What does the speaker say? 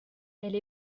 elle